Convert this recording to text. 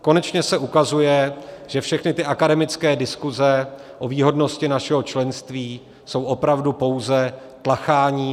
Konečně se ukazuje, že všechny ty akademické diskuse o výhodnosti našeho členství jsou opravdu pouze tlacháním.